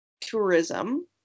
tourism